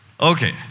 Okay